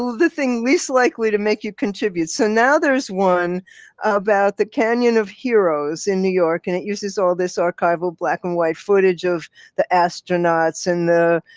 the thing least likely to make you contribute. so now there's one about the canyon of heroes in new york. and it uses all this archival black and white footage of the astronauts and the,